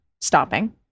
stopping